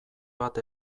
bat